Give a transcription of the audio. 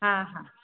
हा हा